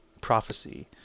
prophecy